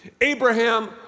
Abraham